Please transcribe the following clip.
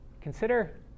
consider